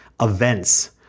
events